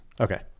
Okay